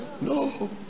No